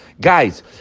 Guys